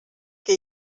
que